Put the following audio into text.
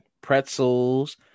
pretzels